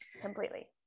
Completely